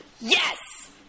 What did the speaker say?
Yes